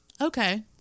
Okay